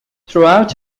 throughout